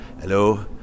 Hello